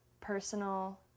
personal